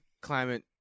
climate